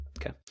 Okay